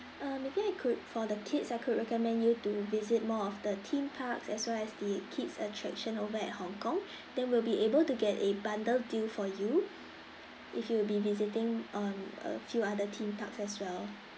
uh maybe I could for the kids I could recommend you to visit more of the theme parks as well as the kids attraction over at hong kong they will be able to get a bundle deal for you if you will be visiting um a few other theme parks as well